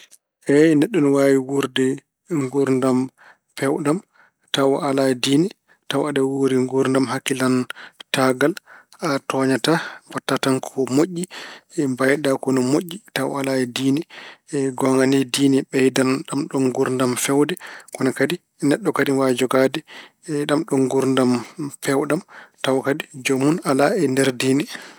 Eey, neɗɗo ene waawi wuurde nguurdam peewɗam tawa alaa e diine, tawa aɗa wuuri nguurdam hakillantaagal. A tooñataa, mbaɗta tan ko ko moƴƴi, mbayiɗa ko no moƴƴi tawa a alaa e diine. Goonga ni diine ɓeydan ɗamɗoon nguurdam feewde ko kadi, neɗɗo kadi ene waawi jogaade ɗamɗoon nguurdam peewɗam tawa kadi joomun alaa e nder diine.